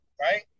right